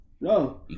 no